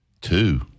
two